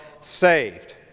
saved